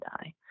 die